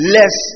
Less